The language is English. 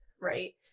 right